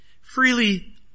freely